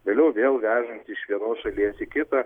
vėliau vėl vežant iš vienos šalies į kitą